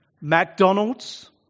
McDonald's